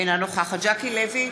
אינה נוכחת ז'קי לוי,